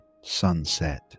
sunset